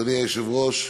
אדוני היושב-ראש,